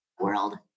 world